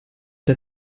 der